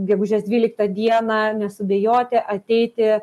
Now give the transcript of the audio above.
gegužės dvyliktą dieną nesuabejoti ateiti